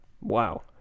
Wow